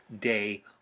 day